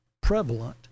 prevalent